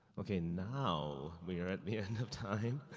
okay, now we are at the end of time.